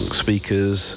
speakers